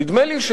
נדמה לי,